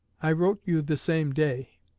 i wrote you the same day.